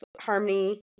Harmony